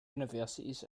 universities